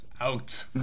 Out